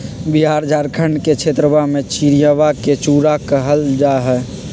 बिहार झारखंड के क्षेत्रवा में चिड़वा के चूड़ा कहल जाहई